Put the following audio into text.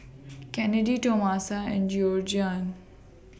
Kennedy Tomasa and Georgiann